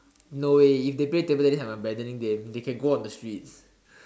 no eh if they play table tennis I'm abandoning them they can go on the streets